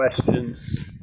questions